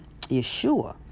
Yeshua